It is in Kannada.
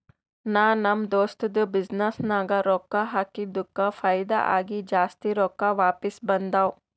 ನಾ ನಮ್ ದೋಸ್ತದು ಬಿಸಿನ್ನೆಸ್ ನಾಗ್ ರೊಕ್ಕಾ ಹಾಕಿದ್ದುಕ್ ಫೈದಾ ಆಗಿ ಜಾಸ್ತಿ ರೊಕ್ಕಾ ವಾಪಿಸ್ ಬಂದಾವ್